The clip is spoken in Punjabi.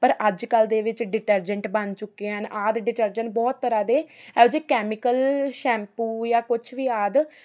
ਪਰ ਅੱਜ ਕੱਲ੍ਹ ਦੇ ਵਿੱਚ ਡਿਟਰਜੰਟ ਬਣ ਚੁੱਕੇ ਹਨ ਆਦਿ ਡਿਟਰਜੰਟ ਬਹੁਤ ਤਰ੍ਹਾਂ ਦੇ ਇਹੋ ਜਿਹੇ ਕੈਮੀਕਲ ਸ਼ੈਮਪੂ ਜਾਂ ਕੁਛ ਵੀ ਆਦਿ